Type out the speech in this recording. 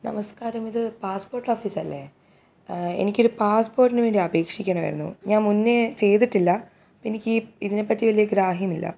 നമസ്ക്കാരമിത് പാസ്സ്പോർട്ടോഫീസല്ലേ എനിക്ക് ഒരു പാസ്സ്പോർട്ടിന് വേണ്ടി അപേക്ഷിക്കണമായിരുന്നു ഞാൻ മുന്നേ ചെയ്തിട്ടില്ല അപ്പോഴെനിക്ക് ഇതിനെപ്പറ്റി വലിയ ഗ്രാഹ്യമില്ല